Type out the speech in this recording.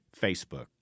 Facebook